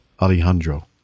Alejandro